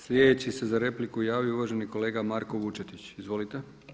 Sljedeći se za repliku javio uvaženi kolega Marko Vučetić, izvolite.